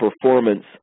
performance